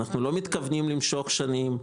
אנחנו לא מתכוונים למשוך שנים,